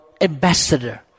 ambassador